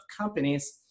companies